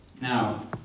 Now